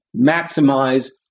maximize